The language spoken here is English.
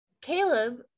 Caleb